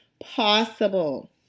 possible